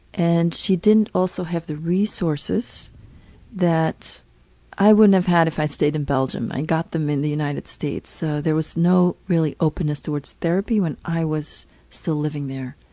and she didn't also have the resources that i wouldn't have had if i'd stayed in belgium. i got them in the united states. so there was no really openness towards therapy when i was still living there.